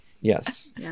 yes